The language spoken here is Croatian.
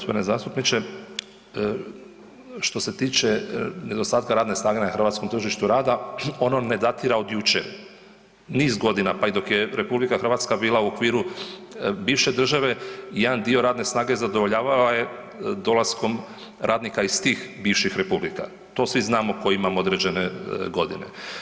Poštovani g. zastupniče, što se tiče nedostatka radne snage za hrvatskom tržištu rada ono ne datira od jučer, niz godina, pa i dok je RH bila u okviru bivše države jedan dio radne snage zadovoljavao je dolaskom radnika iz tih bivših republika, to svi znamo koji imamo određene godine.